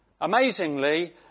Amazingly